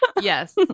Yes